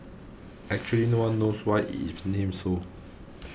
actually no one knows why it is named so